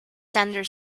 tender